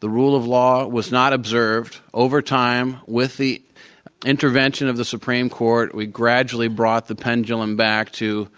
the rule of law was not observed. over time, with the intervention of the supreme court, we gradually brought the pendulum back to